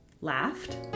laughed